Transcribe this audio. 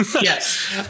Yes